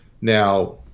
Now